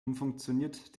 umfunktioniert